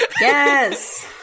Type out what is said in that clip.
Yes